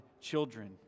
children